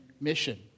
mission